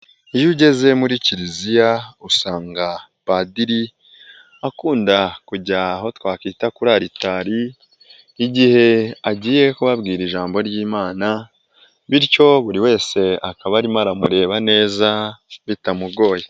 Iyo ugeze muri kiliziya usanga Padiri akunda kujya aho twakwita kuri aritari igihe agiye kubabwira ijambo ry'imana, bityo buri wese akaba arimo aramureba neza bitamugoye.